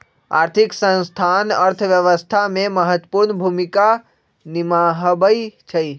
आर्थिक संस्थान अर्थव्यवस्था में महत्वपूर्ण भूमिका निमाहबइ छइ